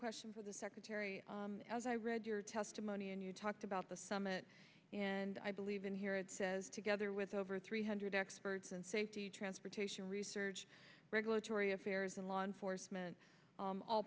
question for the secretary as i read your testimony and you talked about the summit and i believe in here it says together with over three hundred experts and safety transportation research regulatory affairs and law enforcement